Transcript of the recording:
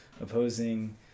opposing